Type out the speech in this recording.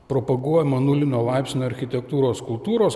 propaguojama nulinio laipsnio architektūros kultūros